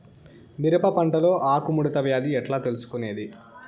మిరప పంటలో ఆకు ముడత వ్యాధి ఎట్లా తెలుసుకొనేది?